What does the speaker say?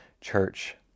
church